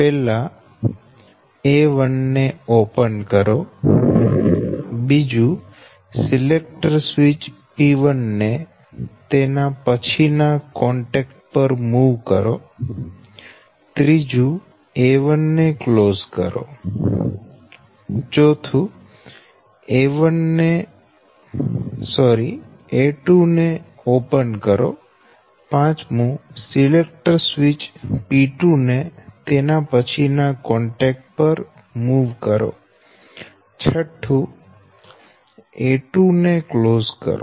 A1 ને open કરો selector switch P1 ને તેના પછીના કોન્ટાક્ટ પર મુવ કરો A1 ને ક્લોઝ કરો A2 ને ઓપન કરો સિલેક્ટર સ્વીચ P2 ને તેના પછીના કોન્ટાક્ટ પર મુવ કરો A2 ને ક્લોઝ કરો